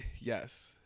Yes